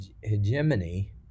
hegemony